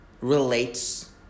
relates